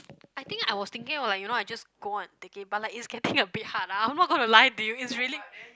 I think I was thinking of like you know I just go on take it but it's getting a bit hard lah I'm not gonna lie to you it's really